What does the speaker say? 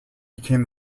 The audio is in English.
became